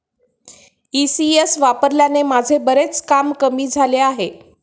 ECS वापरल्याने माझे बरेच काम कमी झाले आहे